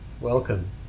welcome